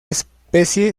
especie